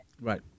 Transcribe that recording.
right